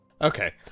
Okay